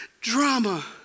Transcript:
drama